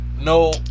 No